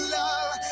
love